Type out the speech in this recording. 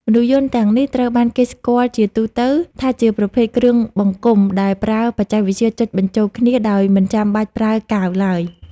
មនុស្សយន្តទាំងនេះត្រូវបានគេស្គាល់ជាទូទៅថាជាប្រភេទគ្រឿងបង្គុំដែលប្រើបច្ចេកវិទ្យាចុចបញ្ចូលគ្នាដោយមិនចាំបាច់ប្រើកាវឡើយ។